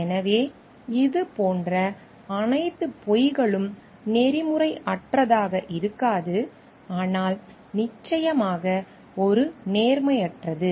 எனவே இது போன்ற அனைத்து பொய்களும் நெறிமுறையற்றதாக இருக்காது ஆனால் நிச்சயமாக ஒரு நேர்மையற்றது